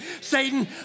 Satan